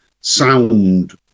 sound